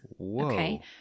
Okay